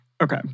Okay